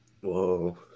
Whoa